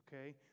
Okay